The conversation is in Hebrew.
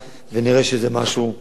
אז יהיה תיקון לחוק, במידה שלא,